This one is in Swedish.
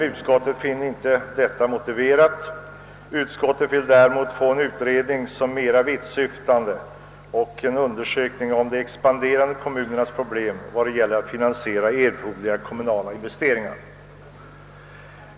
Utskottet finner inte en sådan utredning motiverad, utan hemställer om en mera vittsyftande utredning av de expanderande kommunernas problem i fråga om finansiering av erforderliga kommunala investeringar.